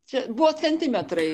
čia buvo centimetrai